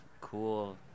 cool